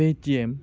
Paytm